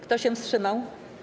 Kto się wstrzymał?